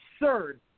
absurd